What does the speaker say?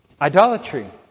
Idolatry